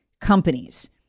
companies